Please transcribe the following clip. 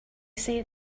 say